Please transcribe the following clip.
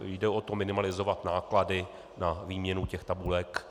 Jde o to, minimalizovat náklady na výměnu tabulek.